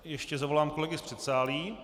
Ještě zavolám kolegy z předsálí.